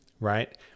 right